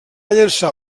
llançar